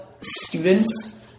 students